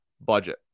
budget